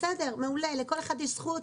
בסדר, לכל אחד יש זכות.